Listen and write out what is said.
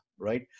right